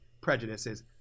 prejudices